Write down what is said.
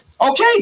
Okay